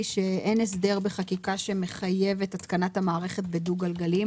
שאין הסדר בחקיקה שמחייב את התקנת מערכת ABS בדו גלגלי,